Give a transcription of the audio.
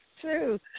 true